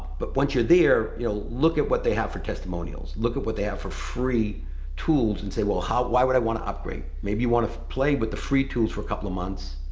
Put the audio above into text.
but once you're there, you know look at what they have for testimonials, look at what they have for free tools and say, well, how why would i wanna upgrade? maybe you wanna play with the free tools for a couple of months.